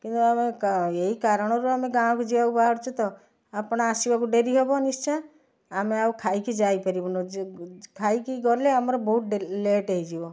କିନ୍ତୁ ଆମେ କା ଏଇ କାରଣରୁ ଆମେ ଗାଁ କୁ ଯିବାକୁ ବାହାରିଛୁ ତ ଆପଣ ଆସିବାକୁ ଡ଼େରି ହବ ନିଶ୍ଚୟ ଆମେ ଆଉ ଖାଇକି ଯାଇ ପାରିବୁନି ଯ ଖାଇକି ଗଲେ ଆମର ବହୁତ ଡେ ଲେଟ ହେଇଯିବ